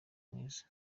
mwiza